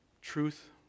truth